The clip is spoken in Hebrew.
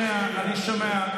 הם מפריעים לי לדבר,